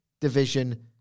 division